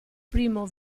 primo